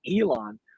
Elon